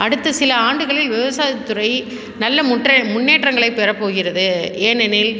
அடுத்து சில ஆண்டுகளில் விவசாயத்துறை நல்ல முற்று முன்னேற்றங்களை பெறப்போகிறது ஏனெனில்